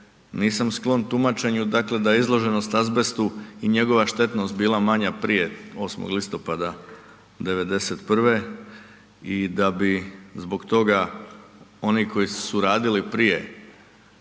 nisam sklon tumačenju da je izloženost azbestu i njegova štetnost bila manja prije 8. listopada '91. i da bi zbog toga oni koji su radili prije